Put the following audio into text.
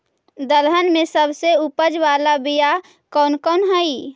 दलहन में सबसे उपज बाला बियाह कौन कौन हइ?